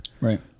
Right